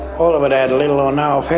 all of it had little or no effect.